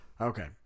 Okay